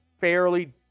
fairly